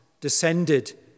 descended